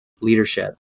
leadership